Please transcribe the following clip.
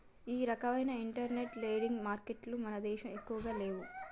ఈ రకవైన internet lending మారికెట్టులు మన దేశంలో ఎక్కువగా లేవు